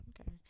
Okay